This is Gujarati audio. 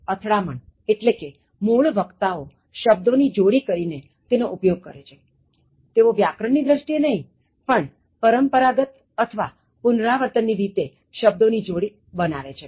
અથડામણ એટલે કે મૂળ વક્તાઓ શબ્દોની જોડી કરી ને તેનો ઉપયોગ કરે છેતેઓ વ્યાકરણની દ્રષ્ટિએ નહીં પણ પરંપરાગત અથવા પુનરાવર્તન ની રીતે શબ્દો ની જોડી બનાવે છે